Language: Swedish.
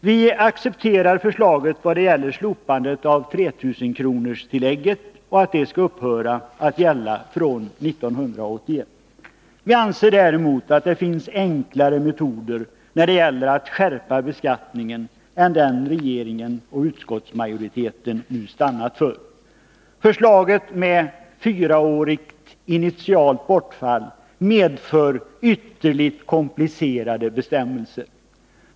Vi accepterar förslaget att 3 000-kronorstillägget skall upphöra att gälla från 1981. Vi anser däremot att det finns enklare metoder när det gäller att skärpa beskattningen än den regeringen och utskottsmajoriteten stannat för. Förslaget med fyraårigt initialt bortfall medför ytterligt komplicerade bestämmelser.